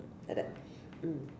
like that mm